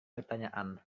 pertanyaan